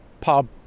pub